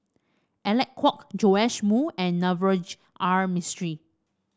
Alec Kuok Joash Moo and Navroji R Mistri